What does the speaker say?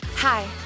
Hi